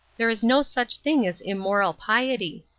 there is no such thing as immoral piety.